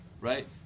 right